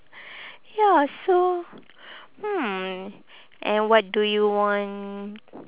ya so hmm and what do you want